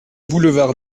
boulevard